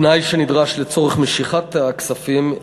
התנאי שנדרש לצורך משיכת הכספים,